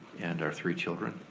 and our three children.